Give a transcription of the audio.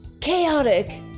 chaotic